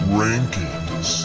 rankings